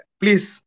please